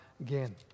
again